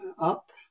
up